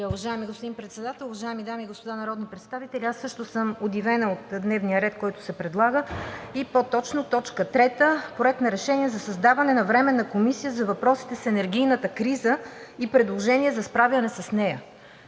Уважаеми господин Председател, уважаеми дами и господа народни представители! Аз също съм удивена от дневния ред, който се предлага, и по-точно точка трета: „Проект на решение за създаване на Временна комисия за въпросите с енергийната криза и предложение за справяне с нея“.